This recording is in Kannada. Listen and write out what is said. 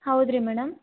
ಹೌದ್ರಿ ಮೇಡಮ್